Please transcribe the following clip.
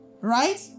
right